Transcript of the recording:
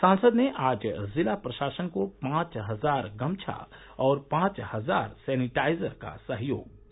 सांसद ने आज जिला प्रशासन को पांच हजार गमछा और पांच हजार सैनिटाइजर का सहयोग दिया